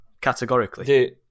categorically